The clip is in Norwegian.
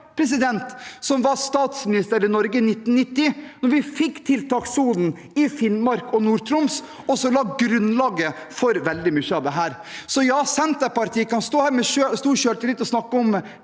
som var statsminister i Norge da vi i 1990 fikk tiltakssonen i Finnmark og Nord-Troms, og som la grunnlaget for veldig mye av dette. Så ja, Senterpartiet kan stå her med stor selvtillit og snakke om